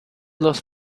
los